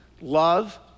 Love